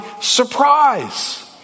surprise